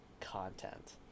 content